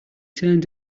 turned